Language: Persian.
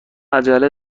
عجله